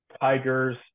tigers